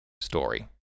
story